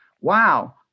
wow